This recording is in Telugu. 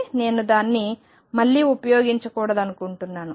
కాబట్టి నేను దాన్ని మళ్లీ ఉపయోగించకూడదనుకుంటున్నాను